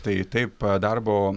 tai taip darbo